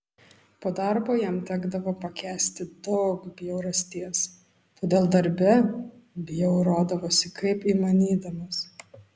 po darbo jam tekdavo pakęsti daug bjaurasties todėl darbe bjaurodavosi kaip įmanydamas